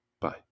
Bye